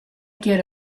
get